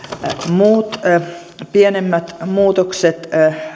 muut pienemmät muutokset